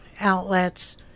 outlets